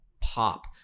pop